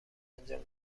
انجام